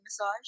massage